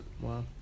Wow